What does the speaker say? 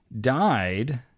died